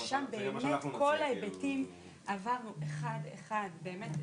באמת לקדם תוכניות --- במקומות האלה של הנחלות וכו'.